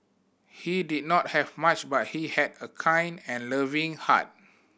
he did not have much but he had a kind and loving heart